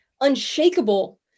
unshakable